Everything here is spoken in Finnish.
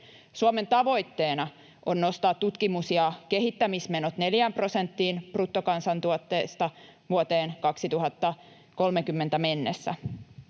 Suomen tavoitteena on nostaa tutkimus- ja kehittämismenot neljään prosenttiin bruttokansantuotteesta vuoteen 2030 mennessä.